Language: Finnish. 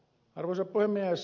arvoisa puhemies